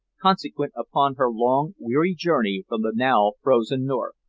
consequent upon her long, weary journey from the now frozen north.